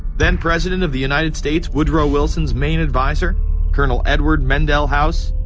then president of the united states woodward wilson's main advisor colonel edward mandell house,